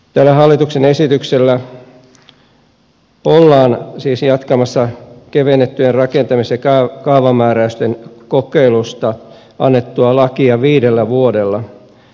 tällä hallituksen esityksellä ollaan siis jatkamassa kevennettyjen rakentamis ja kaavamääräysten kokeilusta annettua lakia viidellä vuodella